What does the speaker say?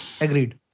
agreed